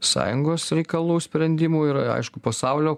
sąjungos reikalų sprendimų ir aišku pasaulio